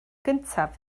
gyntaf